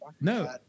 no